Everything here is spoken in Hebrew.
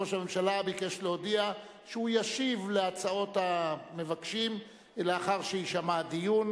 ראש הממשלה ביקש להודיע שהוא ישיב על הצעות המבקשים לאחר שיישמע הדיון.